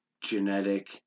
genetic